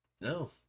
no